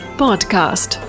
podcast